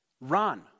Run